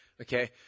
Okay